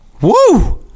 woo